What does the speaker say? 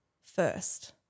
first